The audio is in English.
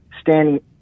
standing